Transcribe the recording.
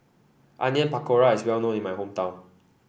Onion Pakora is well known in my hometown